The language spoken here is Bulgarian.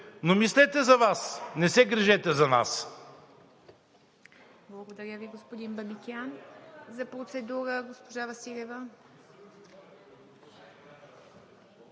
но мислете за Вас, не се грижете за нас.